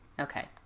Okay